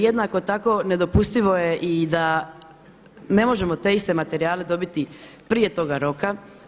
Jednako tako nedopustivo je i da ne možemo te iste materijale dobiti prije toga roka.